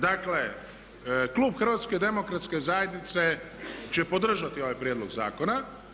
Dakle, Klub HDZ-a će podržati ovaj prijedlog zakona.